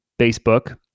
facebook